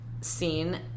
scene